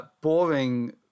boring